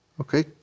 okay